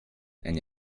eine